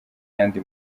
yandi